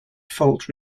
fault